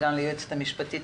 היום 22 בדצמבר 2020,